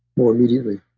more immediately.